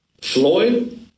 Floyd